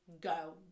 Go